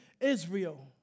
Israel